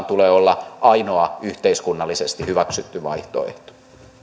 tule olla ainoa yhteiskunnallisesti hyväksytty vaihtoehto